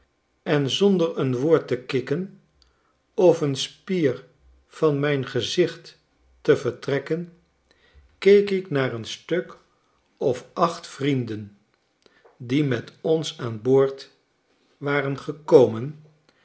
en zonder een woord te kikken of een spier van mijn gezicht te vertrekken keek ik naar een stuk of acht vrienden die met ons aan boord waren gekomen